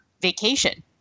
vacation